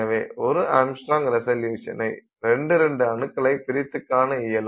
எனவே 1 ஆங்ஸ்ட்ராம்ஸ் ரிசல்யுசனை கொண்டு இரண்டு அணுக்களை பிரித்துக் காண இயலும்